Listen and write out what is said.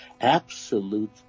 absolute